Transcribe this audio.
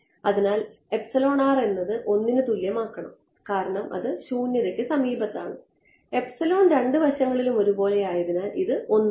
അതിനാൽ എന്നത് 1 നു തുല്യം ആക്കണം കാരണം അത് ശൂന്യതക്ക് സമീപത്താണ് എപ്സിലോൺ രണ്ട് വശങ്ങളിലും ഒരേ പോലെ ആയതിനാൽ ഇത് 1 ആക്കാം